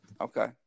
Okay